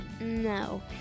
No